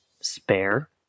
spare